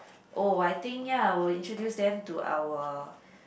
oh I think ya I will introduce them to our